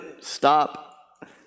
Stop